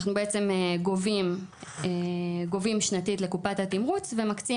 אנחנו בעצם גובים שנתית לקופת התמרוץ ומקצים